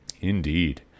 Indeed